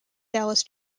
dallas